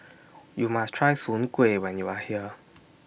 YOU must Try Soon Kuih when YOU Are here